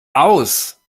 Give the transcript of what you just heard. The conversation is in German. aus